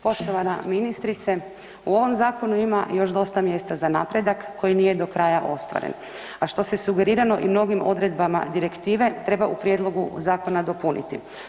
Poštovana ministrice, u ovom zakonu ima još dosta mjesta za napredak koji nije do kraja ostvaren a što se sugerirano i novim odredbama direktive, treba u prijedlogu zakona dopuniti.